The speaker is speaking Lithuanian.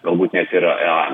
gal būt net ir ai